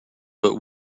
but